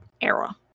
era